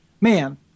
man